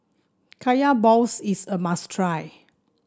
Kaya Balls is a must try